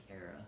era